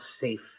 safe